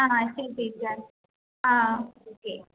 ആണോ ആ ശരി ടീച്ചർ ആ ആ ഓക്കെ